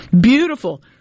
Beautiful